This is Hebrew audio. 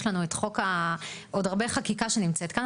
יש לנו עוד הרבה חקיקה שנמצאת כאן.